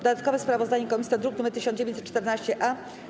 Dodatkowe sprawozdanie komisji to druk nr 1914-A.